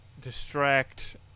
distract